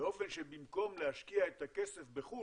באופן שבמקום להשקיע את הכסף בחו"ל,